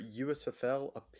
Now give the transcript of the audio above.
USFL